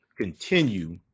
continue